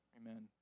Amen